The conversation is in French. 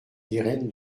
irène